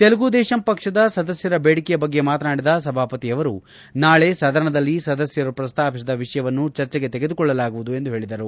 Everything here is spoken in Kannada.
ತೆಲುಗು ದೇಶಂ ಪಕ್ಷದ ಸದಸ್ಯರ ಬೇಡಿಕೆಯ ಬಗ್ಗೆ ಮಾತನಾಡಿದ ಸಭಾಪತಿಯವರು ನಾಳೆ ಸದನದಲ್ಲಿ ಸದಸ್ಯರು ಪ್ರಸ್ತಾಪಿಸಿದ ವಿಷಯವನ್ನು ಚರ್ಚೆಗೆ ತೆಗೆದುಕೊಳ್ಳಲಾಗುವುದು ಎಂದು ಹೇಳದರು